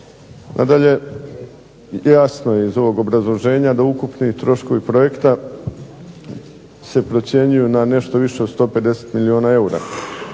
Nadalje, jasno je iz ovog obrazloženja da ukupni troškovi projekta se procjenjuju na nešto više od 150 milijuna eura.